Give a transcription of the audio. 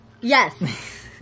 Yes